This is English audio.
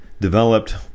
developed